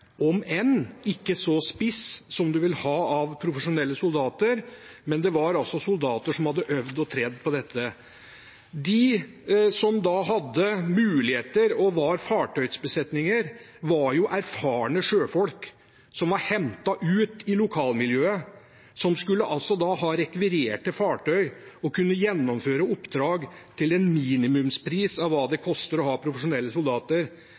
om enn ikke så spiss som man vil få fra profesjonelle soldater, men det var soldater som hadde øvd og trent på dette. De som hadde muligheter og var fartøysbesetninger, var erfarne sjøfolk som var hentet ut i lokalmiljøet, som skulle ha rekvirerte fartøy og kunne gjennomføre oppdrag til en minimumspris i forhold til hva det koster å ha profesjonelle soldater.